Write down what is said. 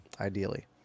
ideally